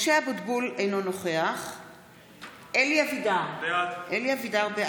משה אבוטבול, אינו נוכח אלי אבידר, בעד